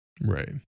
Right